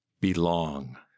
Belong